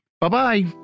Bye-bye